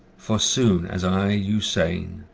for sooth as i you sayne,